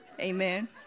Amen